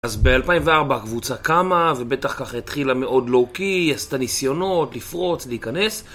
אז ב-2004 הקבוצה קמה, ובטח ככה התחילה מאוד לואו-קי, היא עשתה ניסיונות, לפרוץ, להיכנס.